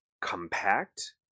compact